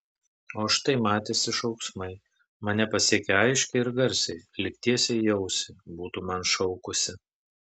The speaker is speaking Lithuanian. o štai matėsi šauksmai mane pasiekė aiškiai ir garsiai lyg tiesiai į ausį būtų man šaukusi